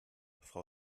frau